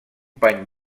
pany